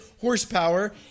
horsepower